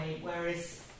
whereas